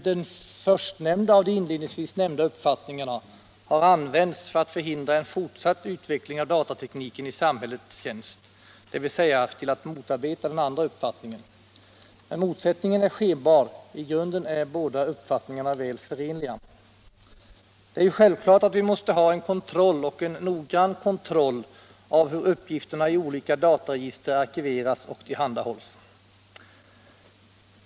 Den första av de inledningsvis nämnda uppfattningarna har använts för att förhindra en fortsatt utveckling av datatekniken i samhällets tjänst, dvs. till att motarbeta den andra uppfattningen. Men motsättningen är skenbar; i grunden är båda uppfattningarna väl förenliga. Det är självklart att vi måste ha en kontroll — och en noggrann kontroll — av hur uppgifterna i olika dataregister arkiveras och tillhandahålls.